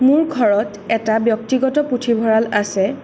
মোৰ ঘৰত এটা ব্যক্তিগত পুথিভঁৰাল আছে